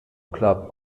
club